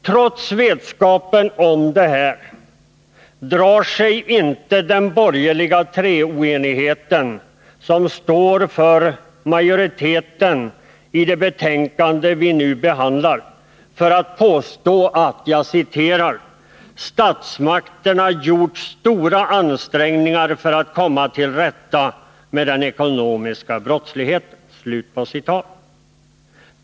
Trots vetskapen om detta drar sig inte den borgerliga treoenigheten, som står för majoriteten i det betänkande vi nu behandlar, för att påstå att ”statsmakterna gjort stora ansträngningar för att komma till rätta med den ekonomiska brottsligheten”.